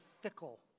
fickle